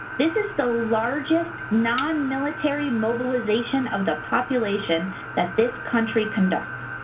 this is the largest non-military mobilization of the population that this country conducts.